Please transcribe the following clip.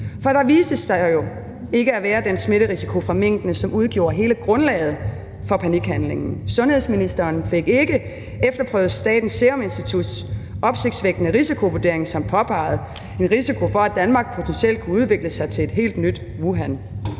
For der viste sig jo ikke at være den smitterisiko fra minkene, som udgjorde hele grundlaget for panikhandlingen. Sundhedsministeren fik ikke efterprøvet Statens Serum Instituts opsigtsvækkende risikovurdering, som påpegede en risiko for, at Danmark potentielt kunne udvikle sig til et helt nyt Wuhan.